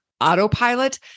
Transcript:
autopilot